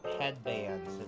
headbands